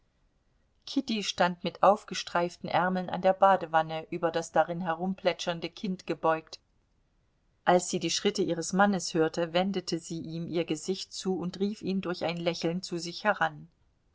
kitty stand mit aufgestreiften ärmeln an der badewanne über das darin herumplätschernde kind gebeugt als sie die schritte ihres mannes hörte wendete sie ihm ihr gesicht zu und rief ihn durch ein lächeln zu sich heran